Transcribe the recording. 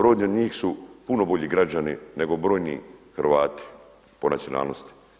Mnogi od njih su puno bolji građani nego brojni Hrvati po nacionalnosti.